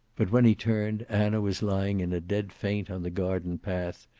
but when he turned anna was lying in a dead faint on the garden path,